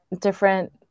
different